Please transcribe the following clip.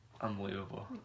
unbelievable